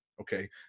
okay